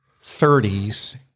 30s